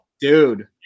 dude